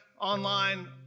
online